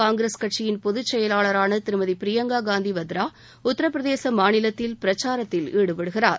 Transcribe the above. காங்கிரஸ் கட்சியின் பொதுச் செயவாளரான திருமதி பிரியங்கா காந்தி வத்ரா உத்திரபிரதேச மாநிலத்தில் பிரச்சாரத்தில் ஈடுபடுகிறார்